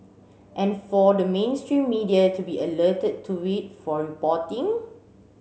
and for the mainstream media to be alerted to it for reporting